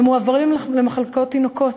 מועברים למחלקות תינוקות.